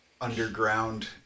underground